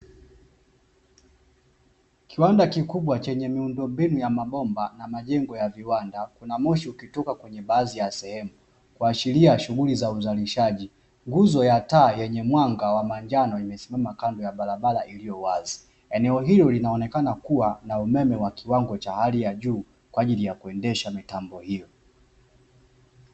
Kiwanda kikubwa chenye miundombinu ya mabomba na majengo ya viwanda na moshi ukitoka kwenye baadhi ya sehemu, kuashiria shughuli za uzalishaji, nguzo ya taa yenye mwanga wa manjano, imesimama kando ya barabara yenye uwazi, eneo hilo linaonekana kuwa na umeme wa kiwango cha hali ya juu, kwa ajili ya kuendesha mitambo hiyo.